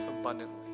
abundantly